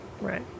Right